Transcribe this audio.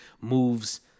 moves